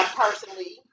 personally